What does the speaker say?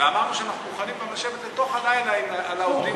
אמרנו שאנחנו מוכנים גם לשבת לתוך הלילה על נושא העובדים,